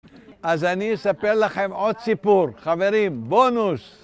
אז אני אספר לכם עוד סיפור. חברים, בונוס!